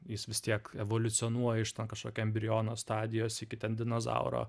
jis vis tiek evoliucionuoja iš ten kažkokio embriono stadijos iki ten dinozauro